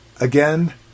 again